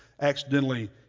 accidentally